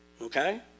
okay